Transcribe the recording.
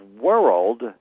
world